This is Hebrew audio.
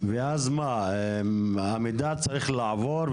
ואז המידע צריך לעבור.